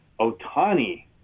Otani